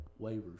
waivers